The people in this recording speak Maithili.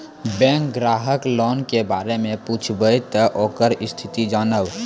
बैंक ग्राहक लोन के बारे मैं पुछेब ते ओकर स्थिति जॉनब?